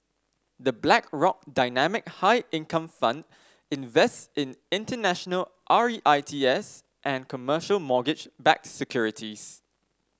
the Blackrock Dynamic High Income Fund invests in international R E I T S and commercial mortgage backed securities